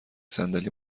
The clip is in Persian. صندلی